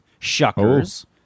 Shuckers